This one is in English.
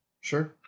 Sure